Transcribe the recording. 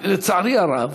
לצערי הרב.